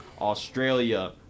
Australia